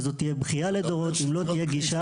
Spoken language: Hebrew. וזו תהיה בכייה לדורות אם לא תהיה גישה.